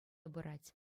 пырать